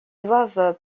doivent